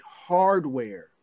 hardware